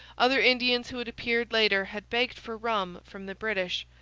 other indians, who had appeared later, had begged for rum from the british,